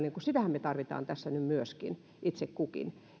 sitähän me tarvitsemme tässä nyt myöskin itse kukin